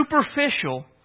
superficial